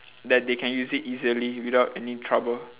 that they can use it easily without any trouble